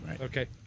Okay